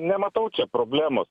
nematau čia problemos